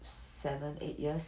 seven eight years